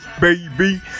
baby